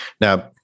Now